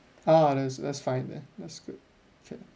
ah that that's fine then that's good okay